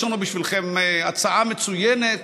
יש לנו בשבילכם הצעה מצוינת,